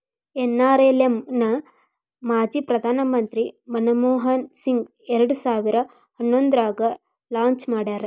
NRLM ನ ಮಾಜಿ ಪ್ರಧಾನ್ ಮಂತ್ರಿ ಮನಮೋಹನ್ ಸಿಂಗ್ ಎರಡ್ ಸಾವಿರ ಹನ್ನೊಂದ್ರಾಗ ಲಾಂಚ್ ಮಾಡ್ಯಾರ